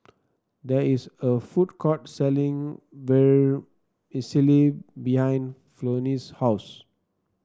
there is a food court selling Vermicelli behind Flonnie's house